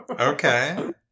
Okay